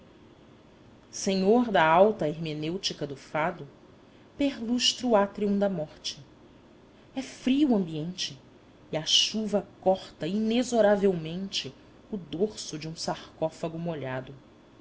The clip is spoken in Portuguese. senhor da alta hermenêutica do fado perlustro o atrium da morte é frio o ambiente e a chuva corta inexoravelmente o dorso de um sarcófago molhado